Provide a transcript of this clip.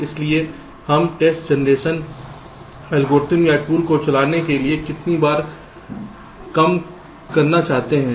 इसलिए हम test generation algorithm या टूल को चलाने के लिए कितनी बार कम करना चाहते हैं